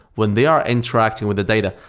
when they are interacting with a data,